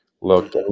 look